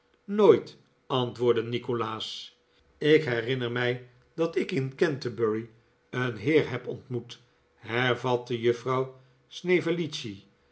nooit antwoordde nikolaas ik herinner mij dat ik in canterbury een heer heb ontmoet hervatte juffrouw